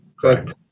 correct